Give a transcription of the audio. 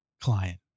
client